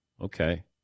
okay